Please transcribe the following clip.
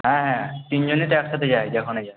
হ্যাঁ হ্যাঁ তিনজনই তো একসাথে যাই যেখানে যাই